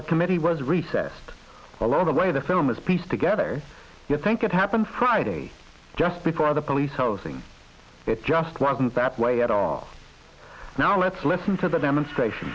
the committee was recess all of the way the film is pieced together you think it happened friday just before the police housing it just wasn't that way at all now let's listen to the demonstration